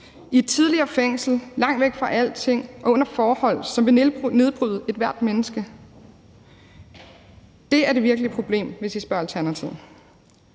et tidligere fængsel, langt væk fra alting og under forhold, som vil nedbryde ethvert menneske. Det er det virkelige problem, hvis I spørger Alternativet.